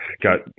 got